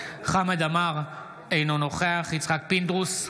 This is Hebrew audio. חמד עמאר, אינו נוכח יצחק פינדרוס,